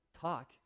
talk